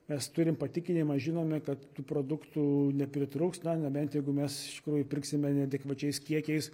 mes turim patikinimą žinome kad tų produktų nepritrūks na nebent jeigu mes iš tikrųjų pirksime neadekvačiais kiekiais